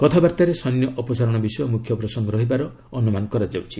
କଥାବାର୍ତ୍ତାରେ ସୈନ୍ୟ ଅପସାରଣ ବିଷୟ ମ୍ରଖ୍ୟ ପ୍ରସଙ୍ଗ ରହିବାର ଅନ୍ଦମାନ କରାଯାଉଛି